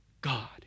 God